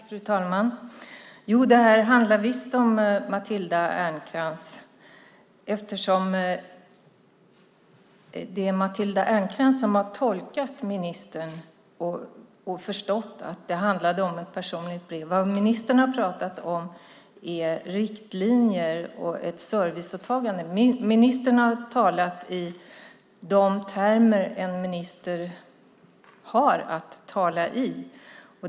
Fru talman! Jo, det handlar visst om Matilda Ernkrans. Det är Matilda Ernkrans som har tolkat ministern och förstått att det handlade om ett personligt brev. Vad ministern har pratat om är riktlinjer och ett serviceåtagande. Ministern har talat i de termer en minister har att tala i.